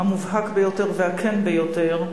המובהק ביותר והכן ביותר,